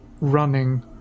running